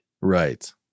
Right